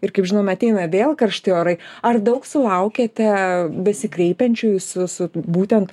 ir kaip žinome ateina vėl karšti orai ar daug sulaukėte besikreipiančiųjų su su būtent